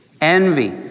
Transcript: envy